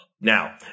Now